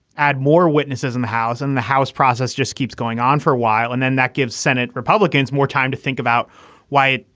add more witnesses in the house. and the house process just keeps going on for a while. and then that gives senate republicans more time to think about why,